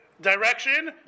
direction